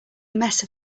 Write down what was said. mess